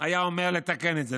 היה אומר לתקן את זה.